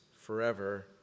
forever